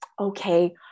okay